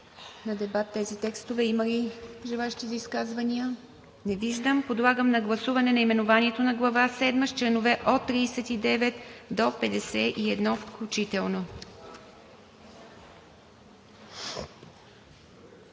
на дебат тези текстове. Има ли желаещи за изказвания? Не виждам. Подлагам на гласуване наименованието на Глава седма с членове от 39 до 51 включително.